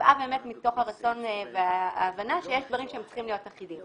נבעה מתוך הרצון וההבנה שיש דברים שצריכים להיות אחידים.